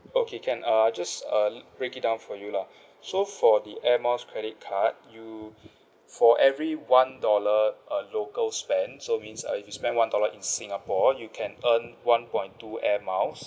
okay can err I just uh break it down for you lah so for the Air Miles credit card you for every one dollar uh local spend so means uh if you spend one dollar in singapore you can earn one point two Air Miles